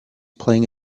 playing